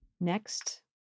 Next